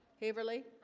haverly